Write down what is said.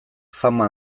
fama